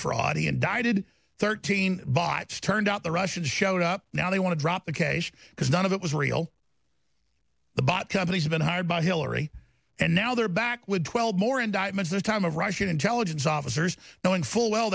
fraud he indicted thirteen bought turned out the russians showed up now they want to drop the case because none of it was real the bot companies have been hired by hillary and now they're back with twelve more indictments this time of russian intelligence officers knowing full well